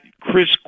Chris